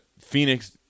Phoenix